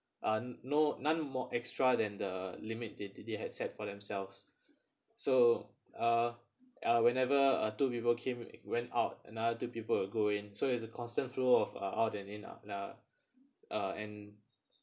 um no none more extra than the limit that they had set for themselves so uh whenever uh two people came and went out and another two people will go in so it's a constant flow of uh out and in ah uh and